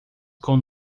com